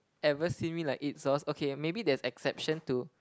ever seen me like eat sauce okay maybe there's exception to